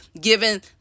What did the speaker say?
given